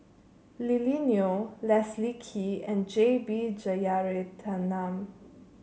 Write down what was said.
Lily Neo Leslie Kee and J B Jeyaretnam